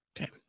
Okay